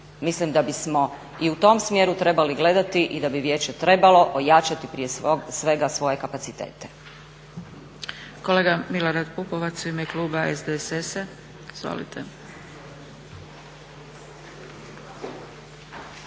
Mislim da bismo i u tom smjeru trebali gledati i da bi vijeće trebalo ojačati prije svega svoje kapacitete.